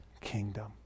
kingdom